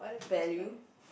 value